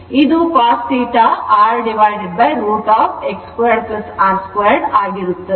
ಆದ್ದರಿಂದ ಇದು cos θ R√ over X2 X2ಆಗಿದೆ